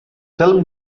film